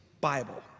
Bible